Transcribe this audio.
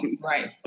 right